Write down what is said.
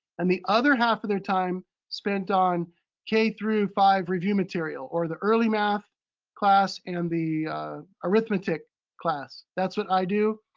and other half of their time spent on k through five review material, or the early math class and the arithmetic class. that's what i do.